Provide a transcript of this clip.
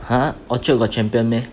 !huh! orchard got Champion meh